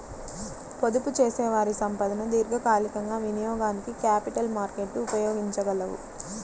పొదుపుచేసేవారి సంపదను దీర్ఘకాలికంగా వినియోగానికి క్యాపిటల్ మార్కెట్లు ఉపయోగించగలవు